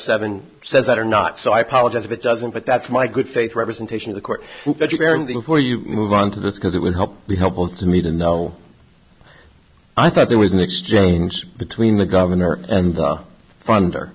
seven says that or not so i apologize if it doesn't but that's my good faith representation of the court before you move on to this because it would help be helpful to me to know i thought there was an exchange between the governor and the funder